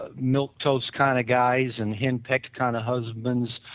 ah milk toast kind of guys and henpecked kind of husbands.